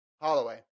Holloway